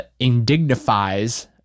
indignifies